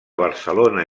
barcelona